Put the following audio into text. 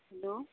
hello